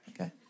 Okay